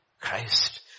Christ